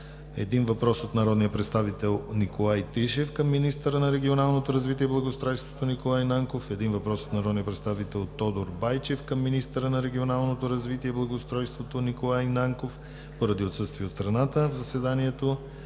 - 1 въпрос от народния представител Николай Тишев към министъра на регионалното развитие и благоустройството Николай Нанков; - 1 въпрос от народния представител Тодор Байчев към министъра на регионалното развитие и благоустройството Николай Нанков. Поради отсъствие от страната в заседанието